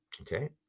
okay